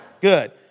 Good